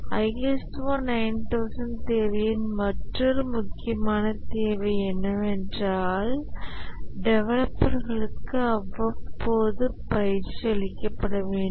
ISO 9000 தேவையின் மற்றொரு முக்கியமான தேவை என்னவென்றால் டெவலப்பர்களுக்கு அவ்வப்போது பயிற்சி அளிக்கப்பட வேண்டும்